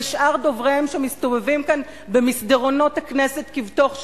ושאר דובריהם ומשרתיהם שמסתובבים כאן במסדרונות הכנסת כבתוך שלהם.